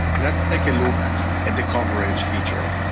let's take a look at the coverage features.